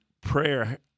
prayer